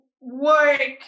work